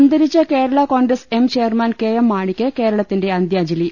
അന്തരിച്ച Kerala Congress M chairman K M മാണിക്ക് കേരളത്തിന്റെ അന്ത്യാഞ്ജലി